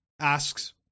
asks